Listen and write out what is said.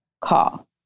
call